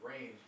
Rain